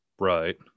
right